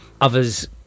others